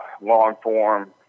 long-form